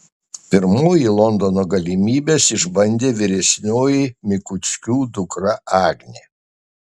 pirmoji londono galimybes išbandė vyresniojo mikuckių dukra agnė